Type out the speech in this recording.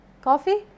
Coffee